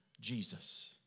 Jesus